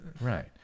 right